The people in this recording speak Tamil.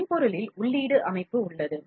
மென்பொருளிலும் உள்ளீடு அமைப்பு உள்ளது